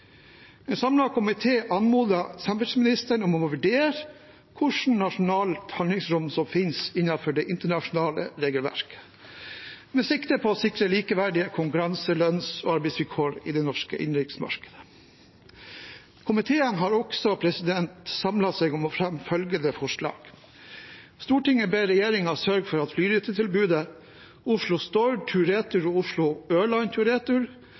En samlet komité anmoder samferdselsministeren om å vurdere hvilket nasjonalt handlingsrom som finnes innenfor det internasjonale regelverket, med sikte på å sikre likeverdige konkurranse-, lønns- og arbeidsvilkår i det norske innenriksmarkedet. Komiteen har også samlet seg om å fremme følgende forslag: «Stortinget ber regjeringen sørge for